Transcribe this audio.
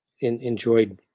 enjoyed